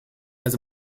has